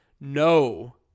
No